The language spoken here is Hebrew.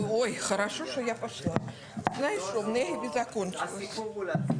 הוא לא רואה בזה בכלל משהו לא חוקי ומסוכן שבו הוא מחזיק.